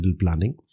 planning